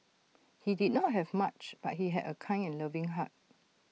he did not have much but he had A kind and loving heart